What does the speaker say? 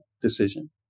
decision